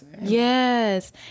Yes